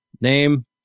Name